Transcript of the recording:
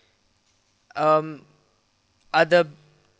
um are the